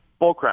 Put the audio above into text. bullcrap